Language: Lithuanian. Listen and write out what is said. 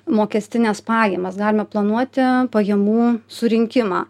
mokestines pajamas galime planuoti pajamų surinkimą